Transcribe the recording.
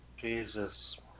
Jesus